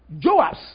Joabs